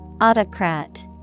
Autocrat